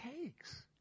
takes